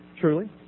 truly